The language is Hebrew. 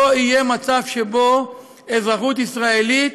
לא יהיה מצב שבו אזרחות ישראלית